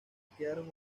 quedaron